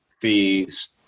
fees